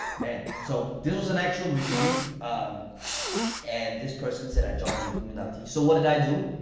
man, so this was an actual review um and this person said i joined the illuminati. so what did i do?